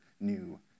new